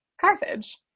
Carthage